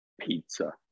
pizza